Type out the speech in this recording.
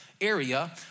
area